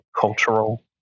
cultural